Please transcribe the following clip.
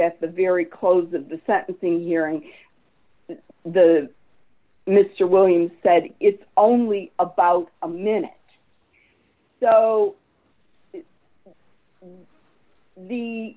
at the very close of the sentencing hearing the mr williams said it's only about a minute so